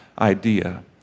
idea